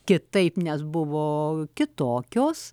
kitaip nes buvo kitokios